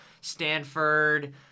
Stanford